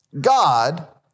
God